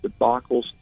debacles